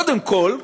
קודם כול,